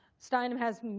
steinem has